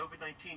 COVID-19